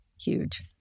huge